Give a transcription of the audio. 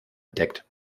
entdeckt